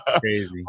Crazy